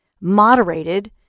moderated